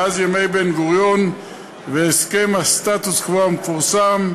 מאז ימי בן-גוריון והסכם הסטטוס-קוו המפורסם.